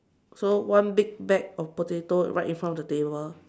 so one big bag of potato right in front of the table